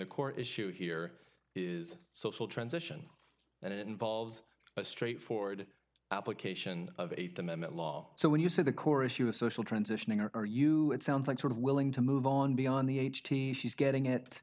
the core issue here is social transition and it involves a straightforward application of th amendment law so when you say the core issue is social transitioning or are you it sounds like sort of willing to move on beyond the h t she's getting it